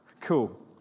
Cool